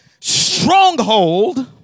Stronghold